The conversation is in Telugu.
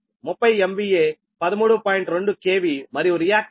2 KV మరియు రియాక్టన్స్ వచ్చి 0